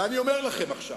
אני אומר לכם עכשיו: